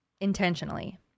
intentionally